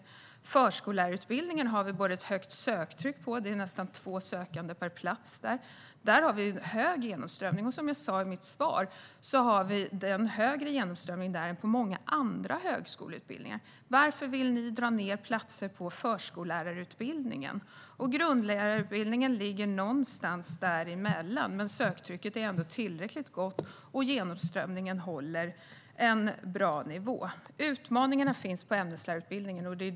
Vad gäller förskollärarutbildningen har vi ett högt söktryck - nästan två sökande per plats. Där har vi en hög genomströmning - som jag sa i mitt svar är den högre än på många andra högskoleutbildningar. Varför vill ni dra ned antalet platser på förskollärarutbildningen? Grundskollärarutbildningen ligger någonstans däremellan, men söktrycket är ändå tillräckligt gott, och genomströmningen håller en bra nivå. Utmaningarna finns på ämneslärarutbildningen.